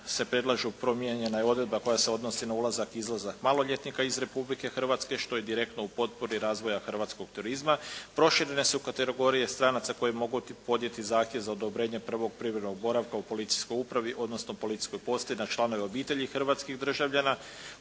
se predlažu, promijenjena je odredba koja se odnosi na ulazak i izlazak maloljetnika iz Republike Hrvatske, što je direktno u potporu razvoja hrvatskog turizma, proširene su kategorije stranaca koji mogu podnijeti zahtjev za odobrenje prvog privremenog boravka u policijskoj upravi, odnosno policijskoj postaju na članove obitelji hrvatskih državljana,